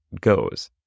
goes